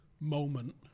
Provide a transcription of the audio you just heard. moment